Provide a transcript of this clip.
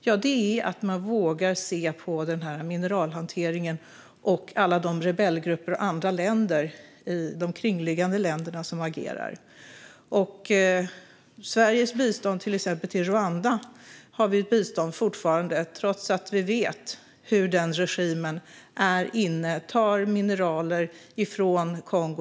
Ja, det är att man vågar se på mineralhanteringen och på alla de rebellgrupper och de andra länder - de kringliggande länderna - som agerar. Sverige ger till exempel fortfarande bistånd till Rwanda trots att vi vet att den regimen är inne och tar mineraler från Kongo.